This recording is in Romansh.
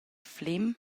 flem